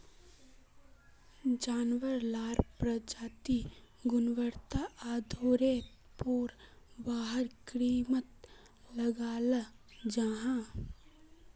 जानवार लार प्रजातिर गुन्वात्तार आधारेर पोर वहार कीमत लगाल जाहा